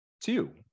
Two